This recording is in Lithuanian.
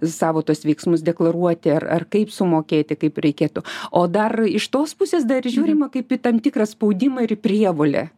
savo tuos veiksmus deklaruoti ar ar kaip sumokėti kaip reikėtų o dar iš tos pusės dar žiūrima kaip į tam tikrą spaudimą ir į prievolę